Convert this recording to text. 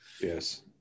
yes